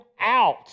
out